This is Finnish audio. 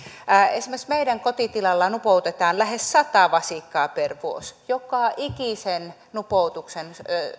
esimerkiksi meidän kotitilallamme nupoutetaan lähes sata vasikkaa per vuosi joka ikisen nupoutuksen